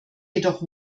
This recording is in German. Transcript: jedoch